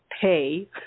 pay